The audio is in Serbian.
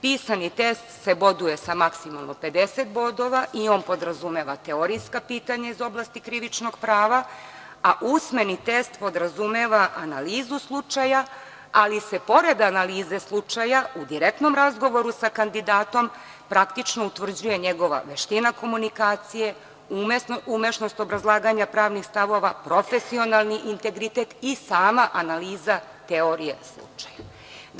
Pisani test se boduje sa maksimalno 50 bodova i on podrazumeva teorijska pitanja iz oblasti krivičnog prava, a usmeni test podrazumeva analizu slučaja, ali se pored analize slučaja u direktnom razgovoru sa kandidatom praktično utvrđuje njegova veština komunikacije, umešnost obrazlaganja pravnih stavova, profesionalni integritet i sama analiza teorije slučaja.